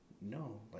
no